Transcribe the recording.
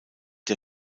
der